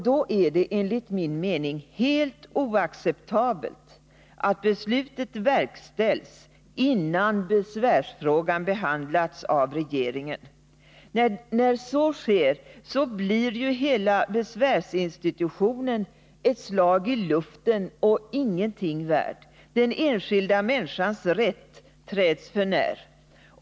Då är det enligt min mening helt oacceptabelt att beslutet verkställs innan besvärsfrågan behandlats av regeringen. När så sker blir ju hela besvärsinstitutionen ett slag i luften och ingenting värd. Den enskilda människans rätt träds för när.